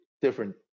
different